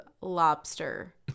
lobster